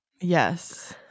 Yes